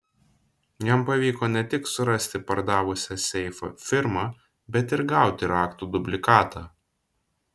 jam pavyko ne tik surasti pardavusią seifą firmą bet ir gauti raktų dublikatą